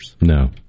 No